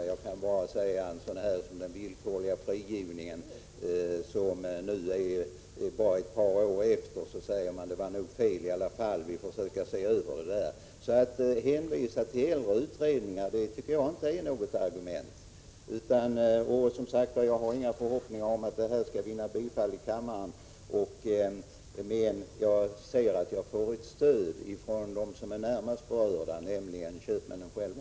Låt mig bara peka på beslutet beträffande villkorlig frigivning: nu bara ett par år efteråt säger man att det nog i alla fall var fel — vi får försöka se över det. Hänvisningar till äldre utredningar tycker jag inte heller är några bra argument. Jag har, som sagt, ingen förhoppning om att vinna bifall i kammaren, men jag vill ändå framhålla att jag har stöd från dem som är närmast berörda, nämligen köpmännen själva.